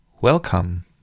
welcome